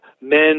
men